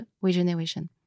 regeneration